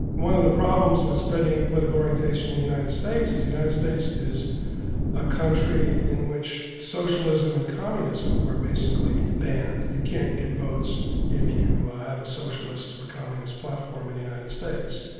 one of the problems with studying political orientation in the united states is the united states is a country in which socialism and communism are basically banned. you can't get votes if you have a socialist or a communist platform in the united states.